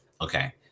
okay